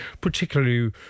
particularly